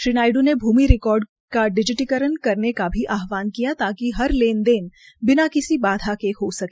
श्री नायड ने भूमि रिकार्ड का डिजिटीकरण करने का भी आहवान किया ताकि हर लेन देने बिना किसी बाधा के हो सके